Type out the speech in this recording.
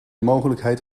mogelijkheid